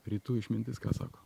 rytų išmintis ką sako